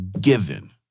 given